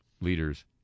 leaders